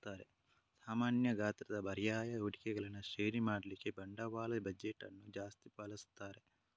ಸಮಾನ ಗಾತ್ರದ ಪರ್ಯಾಯ ಹೂಡಿಕೆಗಳನ್ನ ಶ್ರೇಣಿ ಮಾಡ್ಲಿಕ್ಕೆ ಬಂಡವಾಳ ಬಜೆಟ್ ಅನ್ನು ಜಾಸ್ತಿ ಬಳಸ್ತಾರೆ